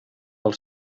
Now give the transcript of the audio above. pel